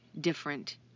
different